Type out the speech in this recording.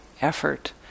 effort